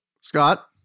Scott